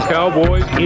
Cowboys